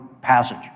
passage